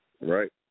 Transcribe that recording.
Right